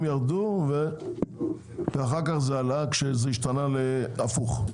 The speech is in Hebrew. ירדו ואחר כך זה עלה כשזה השתנה להפוך.